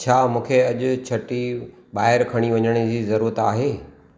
छा मूंखे अॼु छटी ॿाहिरु खणी वञण जी ज़रूरत आहे